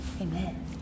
Amen